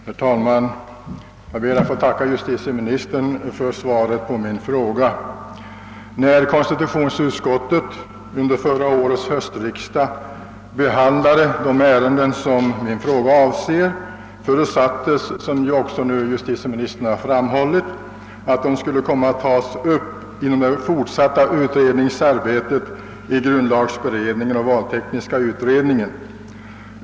Herr talman! Jag ber att få tacka justitieministern för svaret på min fråga. När konstitutionsutskottet under förra årets höstriksdag behandlade de ärenden som min fråga avser förutsatte man, som justitieministern framhållit, att de skulle komma att tas upp vid det fortsatta utredningsarbetet i grundlagberedningen och valtekniska utredningen.